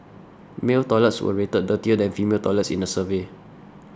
male toilets were rated dirtier than female toilets in the survey